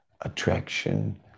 attraction